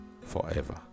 forever